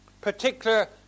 particular